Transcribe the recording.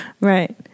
right